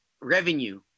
revenue